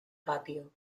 patio